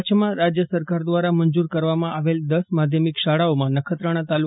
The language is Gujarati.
કચ્છમાં રાજય સરકાર દ્રારા મંજુર કરવામાં આવેલ દસ માધ્યમિક શાળાઓમાં નખત્રાણા તા